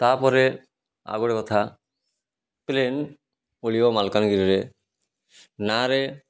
ତାପରେ ଆଉ ଗୋଟେ କଥା ପ୍ଲେନ୍ ପୋଲିଓ ମାଲକାନଗିରିରେ ନାଁରେ